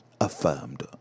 affirmed